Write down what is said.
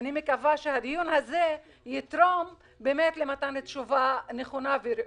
אני מקווה שהדיון הזה יתרום למתן תשובה נכונה וראויה.